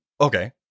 okay